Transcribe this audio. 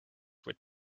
with